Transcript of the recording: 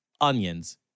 onions